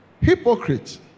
Hypocrite